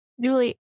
Julie